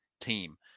team